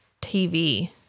TV